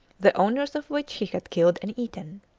the owners of which he had killed and eaten.